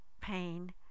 pain